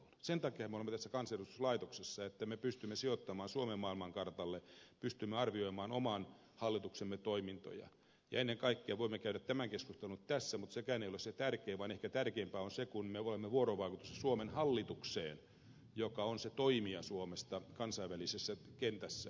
sen takiahan me olemme tässä kansanedustuslaitoksessa että me pystymme sijoittamaan suomen maailmankartalle pystymme arvioimaan oman hallituksemme toimintoja ja ennen kaikkea voimme käydä tämän keskustelun tässä mutta sekään ei ole se tärkein vaan ehkä tärkeämpää on se että me olemme vuorovaikutuksessa suomen hallitukseen joka on se toimija suomesta kansainvälisessä kentässä